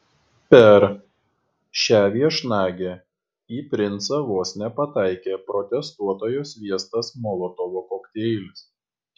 per šią viešnagę į princą vos nepataikė protestuotojo sviestas molotovo kokteilis